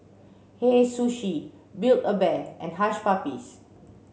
Hei Sushi Build a Bear and Hush Puppies